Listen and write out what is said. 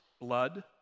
Blood